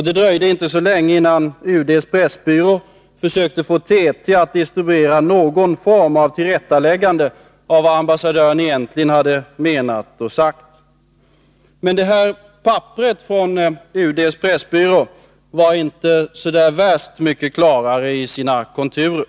Det dröjde inte så länge förrän UD:s pressbyrå försökte få TT att distribuera någon form av tillrättaläggande av vad ambassadören egentligen hade menat och sagt. Men det här papperet från UD:s pressbyrå var inte mycket klarare i sina konturer.